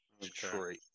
Detroit